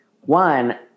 one